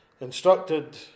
instructed